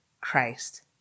Christ